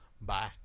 Bye